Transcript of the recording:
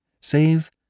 Save